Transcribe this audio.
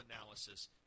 analysis